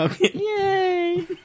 Yay